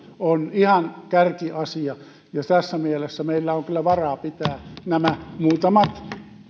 on ihan kärkiasia ja tässä mielessä meillä on kyllä varaa pitää nämä muutamat käräjäpaikat